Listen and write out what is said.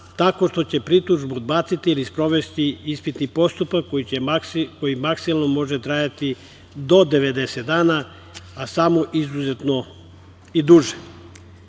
tako što će pritužbu odbaciti ili sprovesti ispitni postupak koji maksimum može trajati do 90 dana, a samo izuzetno i